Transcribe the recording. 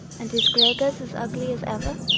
and is gregers as ugly as ever?